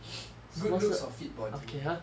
good looks or fit body